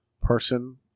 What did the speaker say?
person